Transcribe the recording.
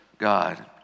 God